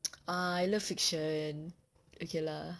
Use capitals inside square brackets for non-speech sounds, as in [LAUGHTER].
[NOISE] ah I love fiction okay lah